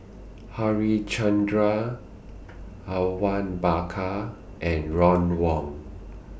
Harichandra Awang Bakar and Ron Wong